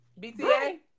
BTA